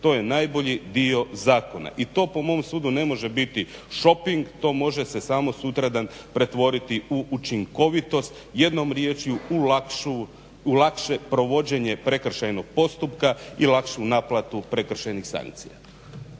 to je najbolji dio zakona i to po mom sudu ne može biti shoping, to može se samo sutra dan pretvoriti u učinkovitost jednom riječju u lakše provođenje prekršajnog postupka i lakšu naplatu prekršajnih sankcija.